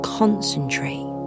concentrate